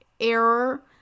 error